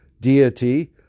deity